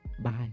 bye